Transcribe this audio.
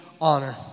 honor